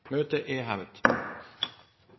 Møtet er hevet.